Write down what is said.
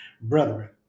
Brethren